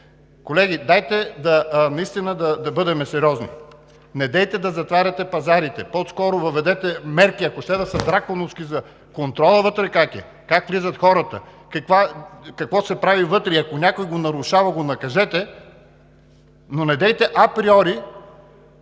Колеги, дайте да бъдем сериозни. Недейте да затваряте пазарите! По-скоро въведете мерки, ако ще да са драконовски, за контрола вътре, как влизат хората, какво се прави вътре. Ако някой го нарушава, накажете го, но недейте априори